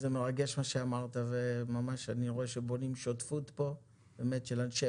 זה מרגש מה שאמרת וממש אני רואה שבונים שותפות פה באמת של אנשי